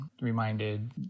reminded